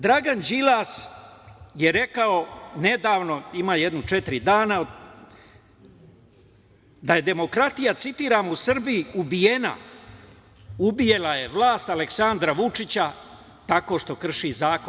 Dragan Đilas je rekao nedavno, ima jedno četiri dana, da je demokratija, citiram: "u Srbiji ubijena, ubila je vlast Aleksandra Vučića tako što krši zakon"